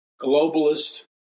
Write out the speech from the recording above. globalist